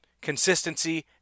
consistency